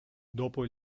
dopo